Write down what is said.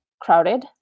crowded